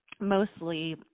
mostly